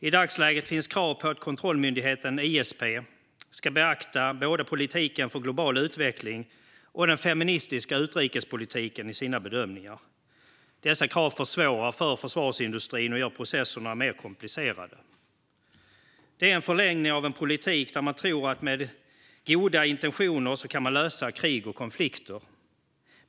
I dagsläget finns krav på att kontrollmyndigheten ISP ska beakta både politiken för global utveckling och den feministiska utrikespolitiken i sina bedömningar. Dessa krav försvårar för försvarsindustrin och gör processerna mer komplicerade. Det är en förlängning av en politik där man tror att man med goda intentioner kan lösa krig och konflikter.